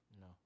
No